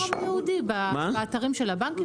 במקום ייעודי באתרים של הבנקים.